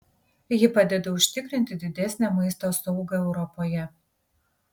ji padeda užtikrinti didesnę maisto saugą europoje